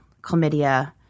chlamydia